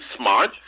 smart